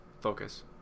focus